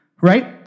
Right